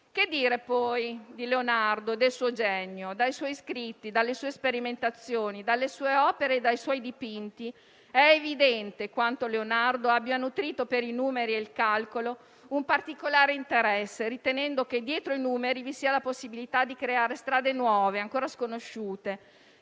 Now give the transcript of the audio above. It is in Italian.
Che dire, poi, di Leonardo e del suo genio? Dai suoi scritti, dalle sue sperimentazioni, dalle sue opere e dai suoi dipinti è evidente quanto abbia nutrito per i numeri e il calcolo un particolare interesse, ritenendo che dietro di essi vi fosse la possibilità di creare strade nuove, ancora sconosciute,